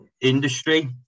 industry